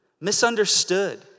Misunderstood